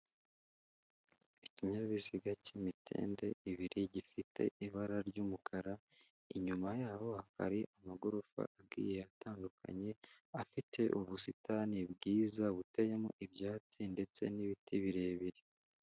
Ikinyabiziga cy'imitende ibiri gifite ibara ry'umukara, inyuma yaho hakaba hari amagorofa agiye atandukanye, afite ubusitani bwiza buteyemo ibyatsi ndetse n'ibiti birebire.